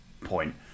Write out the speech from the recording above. point